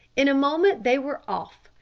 in a moment they were off.